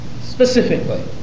specifically